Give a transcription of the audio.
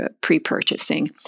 pre-purchasing